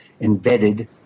embedded